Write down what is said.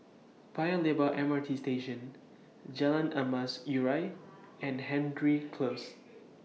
Paya Lebar M R T Station Jalan Emas Urai and Hendry Close